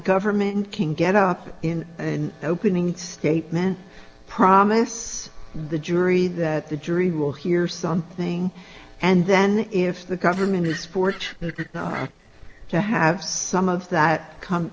government can get up in an opening statement promise the jury that the jury will hear something and then if the government is porch to have some of that come